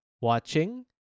watching